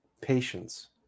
patience